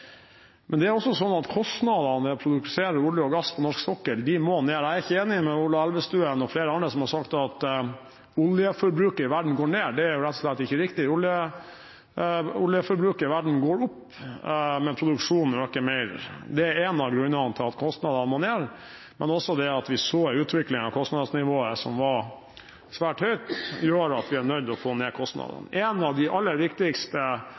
Men det er også sånn at kostnadene ved å produsere olje og gass på norsk sokkel må ned. Jeg er ikke enig med Ola Elvestuen og flere andre som har sagt at oljeforbruket i verden går ned. Det er rett og slett ikke riktig. Oljeforbruket i verden går opp, men produksjonen øker mer. Det er en av grunnene til at kostnadene må ned, men også det at vi så en utvikling der kostnadsnivået var svært høyt, gjør at vi er nødt til å få ned kostnadene. Én av de aller viktigste